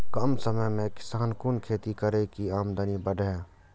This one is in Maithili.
कम समय में किसान कुन खैती करै की आमदनी बढ़े?